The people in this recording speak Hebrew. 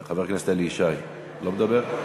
חבר הכנסת אלי ישי לא מדבר?